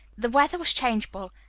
the weather was changeable,